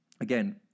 again